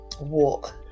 walk